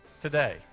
today